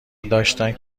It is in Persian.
داشتند